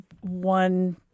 one